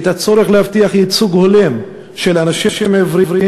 את הצורך להבטיח ייצוג הולם של אנשים עיוורים